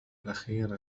الأخير